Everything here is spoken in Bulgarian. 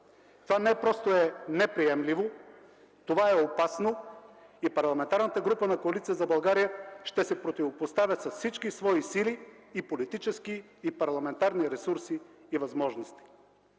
Това не просто е неприемливо, това е опасно и Парламентарната група на Коалиция за България ще се противопоставя с всички свои сили – и политически, и парламентарни ресурси и възможности.